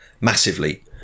massively